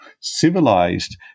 civilized